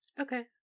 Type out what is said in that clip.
Okay